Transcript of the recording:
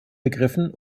begriffen